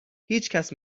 هیچکس